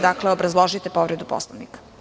Dakle, obrazložite povredu Poslovnika.